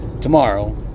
tomorrow